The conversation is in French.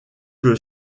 que